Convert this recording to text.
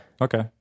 Okay